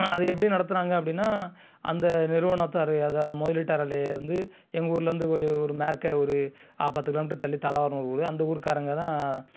அது எப்படி நடத்தினாங்க அப்படின்னா அந்த நிறுவனத்தார் அதை முதலீட்டாளர் வந்து எங்கள் ஊரிலேருந்து கொஞ்சம் ஒரு மேற்கே ஒரு பத்து கிலோமீட்ரு தள்ளி தளவார்ன்னு ஒரு ஊர் அந்த ஊர்க்காரங்கள்தான்